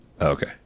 okay